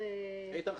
איתן,